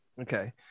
Okay